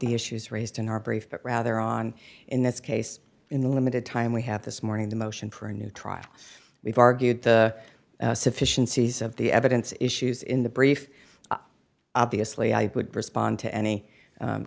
the issues raised in our brief but rather on in this case in the limited time we have this morning the motion for a new trial we've argued the sufficiency of the evidence issues in the brief obviously i would respond to any